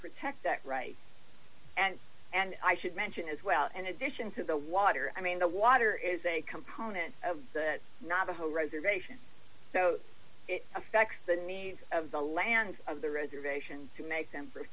protect that rights and and i should mention as well in addition to the water i mean the water is a component of the navajo reservation so it affects the needs of the lands of the reservation to make them for